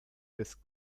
des